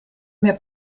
mehr